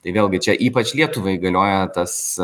tai vėlgi čia ypač lietuvai galioja tąs